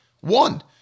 One